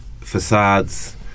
facades